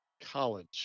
college